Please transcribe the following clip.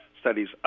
studies